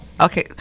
Okay